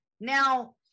now